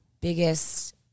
biggest